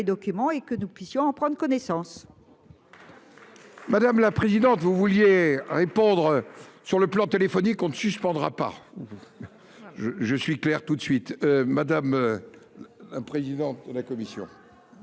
et que nous puissions en prendre connaissance. Madame la présidente, vous vouliez répondre sur le plan téléphonique on ne suspendra pas. Je, je suis clair toute de suite madame. Un président de la commission.